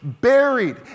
buried